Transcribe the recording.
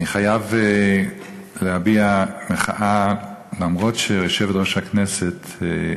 אני חייב להביע מחאה: אומנם יושבת-ראש הכנסת,